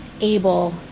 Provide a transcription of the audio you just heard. able